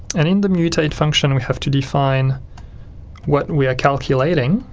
and in the mutate function we have to define what we are calculating,